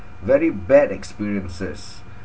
very bad experiences